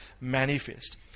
manifest